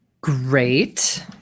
Great